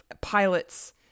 pilots